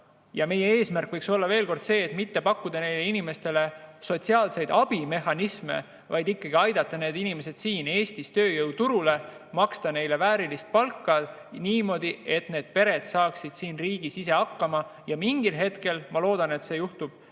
Meie eesmärk võiks olla see, et me mitte ei paku nendele inimestele sotsiaalseid abimehhanisme, vaid ikkagi aitame need inimesed siin Eestis tööjõuturule, maksame neile väärilist palka, et need pered saaksid siin ise hakkama. Ja mingil hetkel – ma loodan, et see juhtub